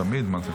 תמיד.